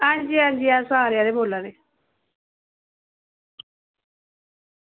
हां जी हां जी अस आरे आह्ले बोला दे